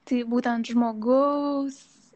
tai būtent žmogaus